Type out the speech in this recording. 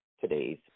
today's